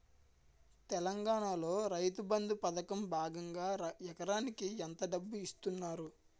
తెలంగాణలో రైతుబంధు పథకం భాగంగా ఎకరానికి ఎంత డబ్బు ఇస్తున్నారు?